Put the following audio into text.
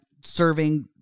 serving